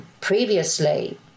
previously